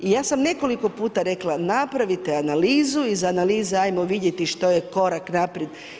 I ja sam nekoliko puta rekla napravite analizu, iz analize hajmo vidjeti što je korak naprijed.